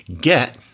get